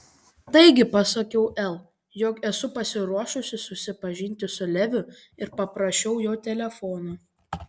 taigi pasakiau el jog esu pasiruošusi susipažinti su leviu ir paprašiau jo telefono